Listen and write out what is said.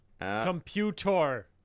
Computer